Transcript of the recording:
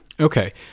Okay